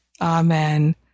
Amen